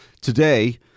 today